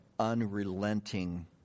unrelenting